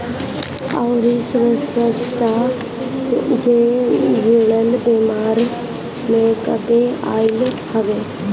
अउरी स्वास्थ्य जे जुड़ल बेमारी में कमी आईल हवे